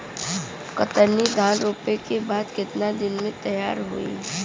कतरनी धान रोपे के बाद कितना दिन में तैयार होई?